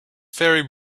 ferry